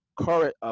current